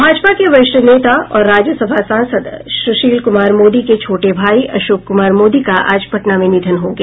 भाजपा के वरिष्ठ नेता और राज्यसभा सांसद सुशील कुमार मोदी के छोटे भाई अशोक कुमार मोदी का आज पटना में निधन हो गया